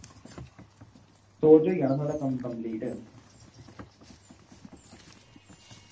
सौ च होई जाना थुआढ़ा कम्म कम्पलीट